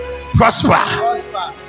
prosper